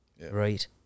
right